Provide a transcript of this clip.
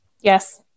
Yes